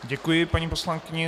Děkuji, paní poslankyně.